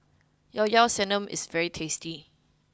llao llao sanum is very tasty